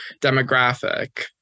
demographic